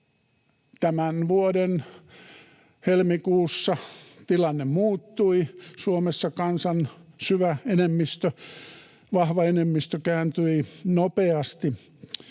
tämän vuoden helmikuussa tilanne muuttui Suomessa. Kansan syvä enemmistö, vahva enemmistö, kääntyi nopeasti